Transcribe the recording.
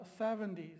70s